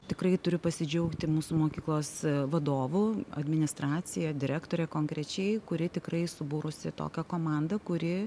tikrai turiu pasidžiaugti mūsų mokyklos vadovu administracija direktore konkrečiai kuri tikrai subūrusi tokią komandą kuri